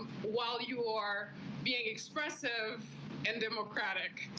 while you are being expressive and democratic,